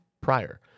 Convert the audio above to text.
prior